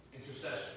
intercession